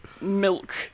milk